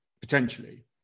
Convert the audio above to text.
potentially